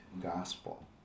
gospel